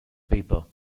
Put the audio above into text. paper